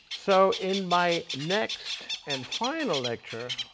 so, in my next and final lecture,